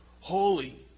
holy